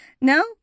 no